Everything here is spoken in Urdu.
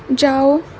جاؤ